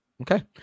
Okay